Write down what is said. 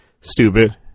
stupid